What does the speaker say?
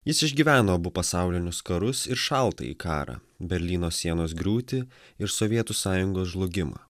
jis išgyveno abu pasaulinius karus ir šaltąjį karą berlyno sienos griūtį ir sovietų sąjungos žlugimą